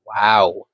wow